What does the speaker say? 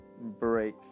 Break